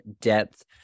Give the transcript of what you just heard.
depth